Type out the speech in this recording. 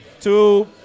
two